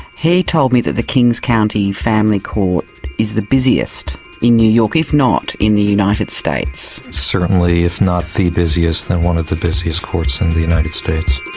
he told me that the kings county family court is the busiest in new york, if not in the united states. certainly if not the busiest then one of the busiest courts in the united states.